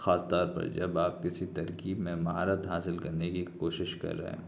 خاص طور پر جب آپ کسی ترکیب میں مہارت حاصل کرنے کی کوشش کر رہے ہیں